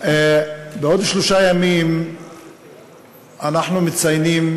בעוד שלושה ימים אנחנו מציינים